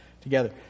together